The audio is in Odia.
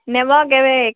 ନେବ କେଭେ